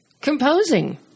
composing